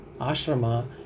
ashrama